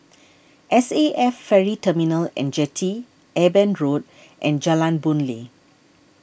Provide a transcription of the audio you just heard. S A F Ferry Terminal and Jetty Eben Road and Jalan Boon Lay